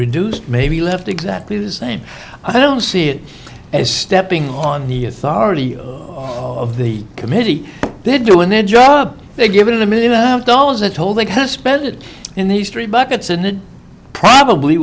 reduced maybe left exactly the same i don't see it as stepping on the authority of the committee they're doing their job they've given a million dollars a toll because spend it in these three buckets and then probably